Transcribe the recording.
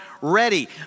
ready